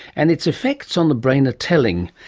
and its effects on the brain are telling.